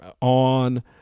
on